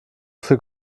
viel